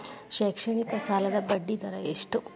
ಶೈಕ್ಷಣಿಕ ಸಾಲದ ಬಡ್ಡಿ ದರ ಎಷ್ಟು?